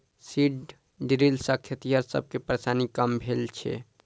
seed drill सॅ खेतिहर सब के परेशानी कम भेल छै